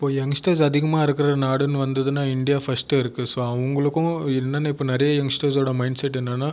இப்போது யங்ஸ்டர்ஸ் அதிகமாக இருக்கிற நாடுனு வந்ததுனா இந்தியா ஃபர்ஸ்ட்டில் இருக்குது சோ அவங்களுக்கும் என்னென்ன இப்போ நிறைய யங்ஸ்டர்ஸோடய மைண்ட்செட் என்னென்னா